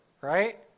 right